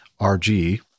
RG